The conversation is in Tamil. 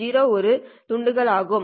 01துண்டுகள் ஆகும்